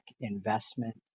investment